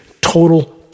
Total